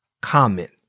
comment